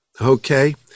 okay